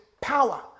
power